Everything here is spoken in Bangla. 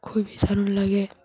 খুবই দারুণ লাগে